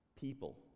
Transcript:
people